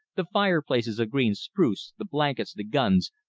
the fire-places of green spruce, the blankets, the guns,